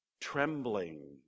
trembling